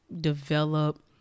develop